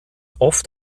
oft